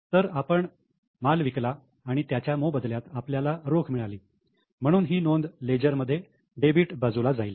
तर आपण माल विकला आणि त्याच्या मोबदल्यात आपल्याला रोख मिळाली म्हणून ही नोंद लेजर मध्ये डेबिट बाजूला जाईल